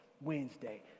Wednesday